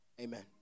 Amen